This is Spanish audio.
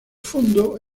fondo